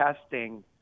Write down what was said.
testing